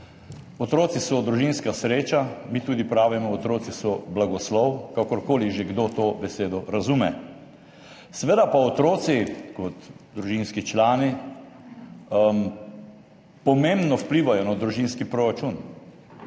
Otroci so družinska sreča. Mi tudi pravimo, otroci so blagoslov, kakorkoli že kdo to besedo razume. Seveda pa otroci kot družinski člani pomembno vplivajo na družinski proračun.